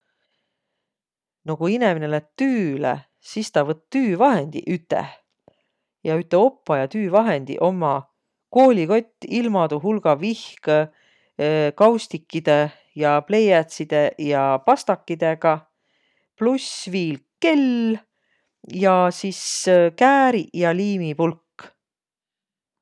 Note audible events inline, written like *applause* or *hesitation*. No ku inemine lätt tüüle, sis tä võtt tüüvahendiq üteh. Ja üte oppaja tüüvahendiq ommaq: koolikott ilmadu hulka vihkõ, *hesitation* ksustikidõ, pleiätside ja pastakidõga, pluss viil kell, ja sis kääriq ja liimipulk.